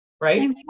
Right